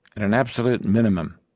and an absolute minimum,